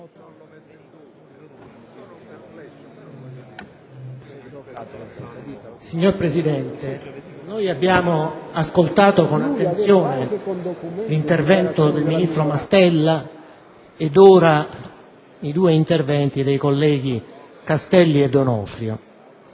Signor Presidente, abbiamo ascoltato con attenzione l'intervento del ministro Mastella ed ora i due interventi dei colleghi Castelli e D'Onofrio.